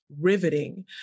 riveting